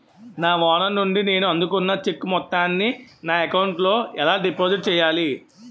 నా ఓనర్ నుండి నేను అందుకున్న చెక్కు మొత్తాన్ని నా అకౌంట్ లోఎలా డిపాజిట్ చేయాలి?